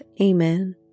Amen